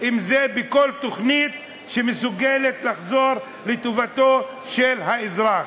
אם בכל תוכנית שמסוגלת לחזור לטובתו של האזרח.